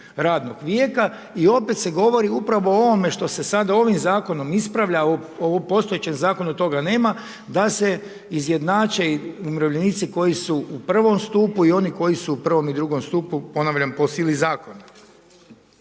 radnog vijeća i opet se govori upravo o ovome što se sada ovim zakonom ispravlja, a u postojećem zakonu toga nema da se izjednače i umirovljenici koji su u I. stupu i oni koji su u I. i II. stupu ponavljam, po sili zakona.